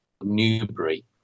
Newbury